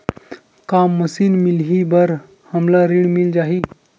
का मशीन मिलही बर हमला ऋण मिल जाही?